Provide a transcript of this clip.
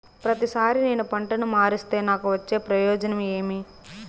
ప్రతిసారి నేను పంటను మారిస్తే నాకు వచ్చే ప్రయోజనం ఏమి?